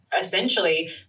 essentially